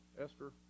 Esther